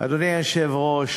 אדוני היושב-ראש,